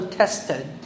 tested